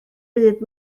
byd